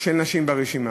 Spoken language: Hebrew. של נשים ברשימה.